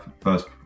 first